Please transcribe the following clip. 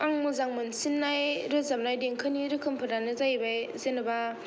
आं मोजां मोनसिननाय रोजाबनाय देंखोनि रोखोमफोरानो जायैबाय जेनबा